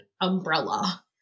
umbrella